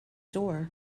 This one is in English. door